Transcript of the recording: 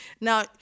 Now